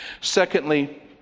Secondly